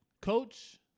Coach